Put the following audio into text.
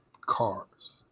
cars